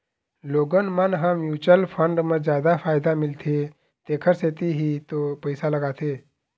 लोगन मन ह म्युचुअल फंड म जादा फायदा मिलथे तेखर सेती ही तो पइसा लगाथे